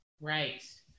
Right